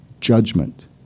Judgment